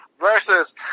Versus